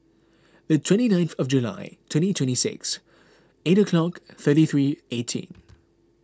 the twenty ninth of July twenty twenty six eight o'clock thirty three eighteen